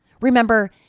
Remember